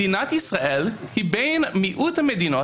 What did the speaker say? מדינת ישראל היא בין מיעוט המדינות